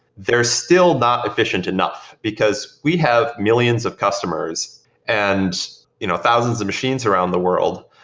they're still not efficient enough because we have millions of customers and you know thousands of machines around the world,